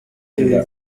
ibi